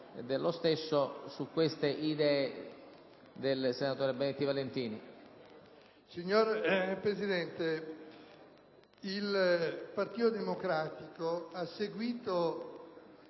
Signor Presidente, il Partito Democratico ha seguito